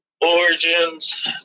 Origins